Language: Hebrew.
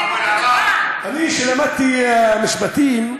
אתם אומרים, אני, שלמדתי משפטים,